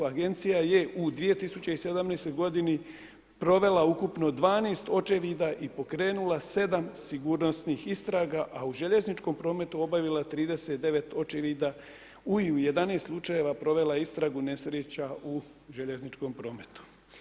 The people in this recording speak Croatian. Agencija je u 2017. godini provela ukupno 12 očevida i pokrenula 7 sigurnosnih istraga a u željezničkom prometu obavila 39 očevida i u 11 slučajeva provela istragu nesreća u željezničkom prometu.